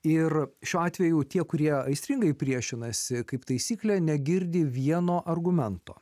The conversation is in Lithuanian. ir šiuo atveju tie kurie aistringai priešinasi kaip taisyklė negirdi vieno argumento